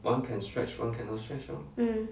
mm